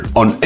on